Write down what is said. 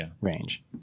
range